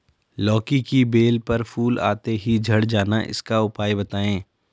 लौकी की बेल पर फूल आते ही झड़ जाना इसका उपाय बताएं?